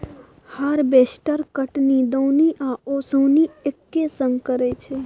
harvester कटनी, दौनी आ ओसौनी एक्के संग करय छै